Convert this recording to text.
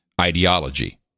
ideology